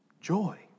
joy